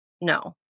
no